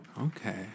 Okay